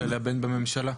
ללבן בממשלה.